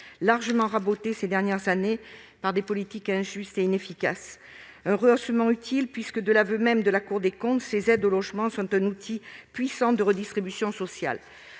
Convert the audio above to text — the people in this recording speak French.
largement rabotées ces dernières années par des politiques injustes et inefficaces. De l'aveu même de la Cour des comptes, ces aides sont un outil puissant de redistribution sociale.